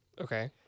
Okay